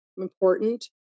important